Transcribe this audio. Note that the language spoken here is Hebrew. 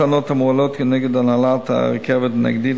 שלל הטענות המועלות כנגד הנהלת הרכבת ונגדי,